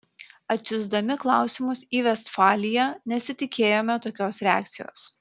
atsiųsdami klausimus į vestfaliją nesitikėjome tokios reakcijos